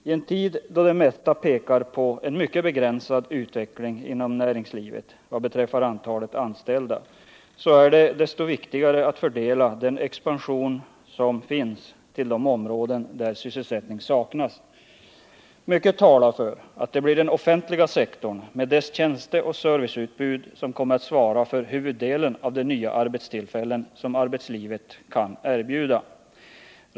I en tid då det mesta pekar på en mycket begränsad utveckling inom näringslivet vad beträffar antalet anställda är det desto viktigare att fördela den expansion som finns till de områden där sysselsättning saknas. Mycket talar för att det blir den offentliga sektorn med dess tjänsteoch serviceutbud som kommer att svara för huvuddelen av de nya arbetstillfällen som kan erbjudas.